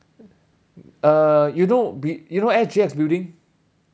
uh you know bui~ you know S_G_X building